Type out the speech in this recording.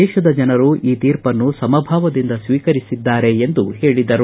ದೇತದ ಜನರು ಈ ತೀರ್ಪನ್ನು ಸಮಭಾವದಿಂದ ಸ್ವೀಕರಿಸಿದ್ದಾರೆ ಎಂದು ಹೇಳಿದರು